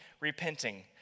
repenting